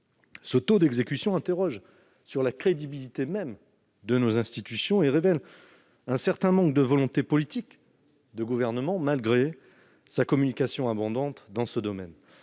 Ce taux d'exécution interroge sur la crédibilité de nos institutions et révèle un certain manque de volonté politique du Gouvernement, malgré sa communication abondante dans ce domaine.